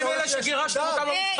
מה עם אלה שגירשתם אותם למסחר?